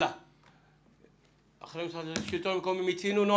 נועה מהשלטון המקומי, מיצינו?